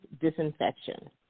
Disinfection